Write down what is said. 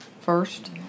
first